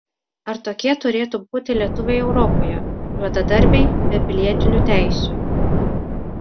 ar tokie turėtų būti lietuviai europoje juodadarbiai be pilietinių teisių